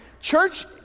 Church